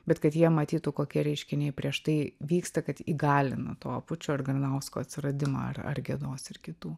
bet kad jie matytų kokie reiškiniai prieš tai vyksta kad įgalina to apučio ar garlausko atsiradimą ar ar gedos ir kitų